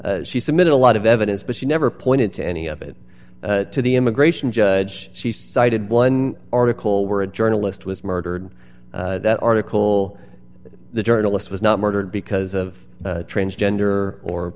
she submitted a lot of evidence but she never pointed to any of it to the immigration judge she cited one article where a journalist was murdered that article the journalist was not murdered because of transgender or